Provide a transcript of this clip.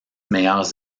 meilleures